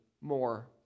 more